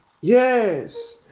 yes